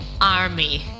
army